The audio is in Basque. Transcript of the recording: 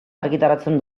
argitaratzen